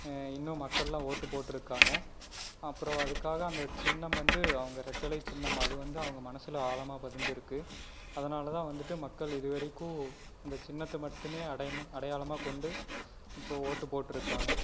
இன்னும் மக்கள்லாம் ஓட்டுப்போட்டிருக்காங்க அப்புறோம் அதுக்காக அந்தச் சின்னம் வந்து அவங்க ரெட்டை இலைச் சின்னம் அதுவந்து அவங்க மனசில் ஆழமாக பதிஞ்சிருக்குது அதனாலதான் வந்துட்டு மக்கள் இதுவரைக்கும் அந்தச் சின்னத்தை மட்டுமே அடைமு அடையாளமாக கொண்டு இப்போ ஓட்டுப் போட்டிருக்காங்க